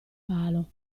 palo